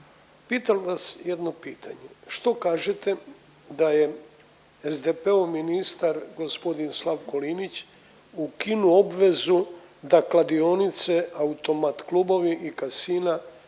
Pitam vas jedno pitanje. Što kažete da je SDP-ov ministar gospodin Slavko Linić ukinuo obvezu da kladionice, automat klubovi i casina